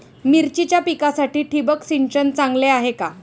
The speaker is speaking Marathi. मिरचीच्या पिकासाठी ठिबक सिंचन चांगले आहे का?